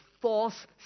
false